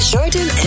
Jordan